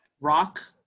rock